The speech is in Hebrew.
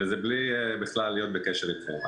וזה בכלל בלי להיות בקשר איתכם.